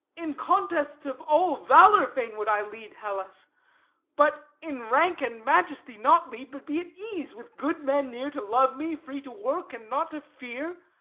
in contests of all valour fain would i lead hellas but in rank and majesty not lead, but be at ease, with good men near to love me, free to work and not to fear.